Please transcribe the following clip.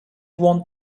want